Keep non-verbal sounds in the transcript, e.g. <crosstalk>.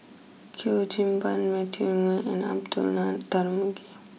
<unintelligible> Ban Matthew Ngui and Abdullah Tarmugi